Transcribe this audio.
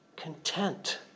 Content